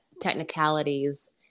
technicalities